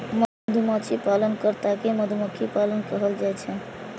मधुमाछी पालन कर्ता कें मधुमक्खी पालक कहल जाइ छै